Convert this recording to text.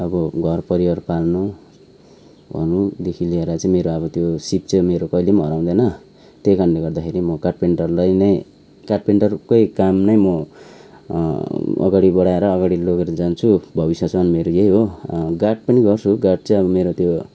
अब घर परिवार पाल्नु ओर्नुदेखि लिएर चाहिँ मेरो अब त्यो सिप चाहिँ मेरो कहिल्यै पनि हराउँदैन त्यही कारणले गर्दाखेरि म कारपेन्टरलाई नै कारपेन्टरकै काम नै म अगाडि बडाएर अगाडि लगेर जान्छु भविष्यसम्म मेरो यहि हो गार्ड पनि गर्छु गार्ड चाहिँ अब मेरो त्यो